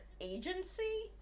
agency